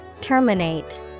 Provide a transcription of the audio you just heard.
Terminate